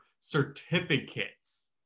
certificates